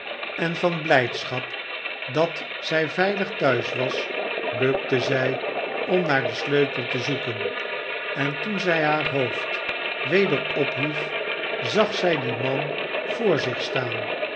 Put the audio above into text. en van blijdschap dat zij veilig thuis was bukte zij om naar den sleutel te zoeken en toen zij haar hoofd weder opmet zag zij dien man voor zich staan